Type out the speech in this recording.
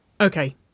Okay